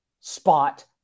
spot